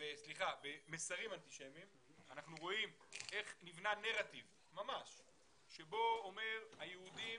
אנחנו רואים איך נבנה נרטיב שאומר שהיהודים